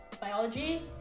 biology